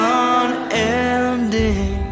unending